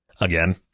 Again